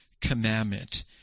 commandment